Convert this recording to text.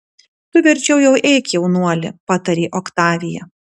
tu verčiau jau eik jaunuoli patarė oktavija